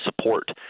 support